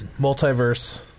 multiverse